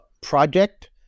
Project